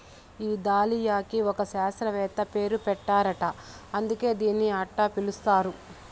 ఈ దాలియాకి ఒక శాస్త్రవేత్త పేరు పెట్టారట అందుకే దీన్ని అట్టా పిలుస్తారు